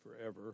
forever